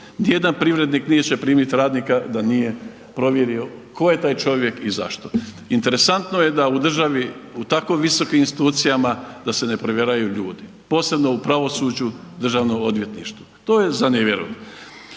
nijedan privrednik neće primiti radnika da nije provjerio tko je taj čovjek i zašto. Interesantno je da u državi u tako visokim institucijama da se ne provjeravaju ljudi, posebno u pravosuđu, državnom odvjetništvu, to je za ne vjerovat.